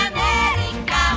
America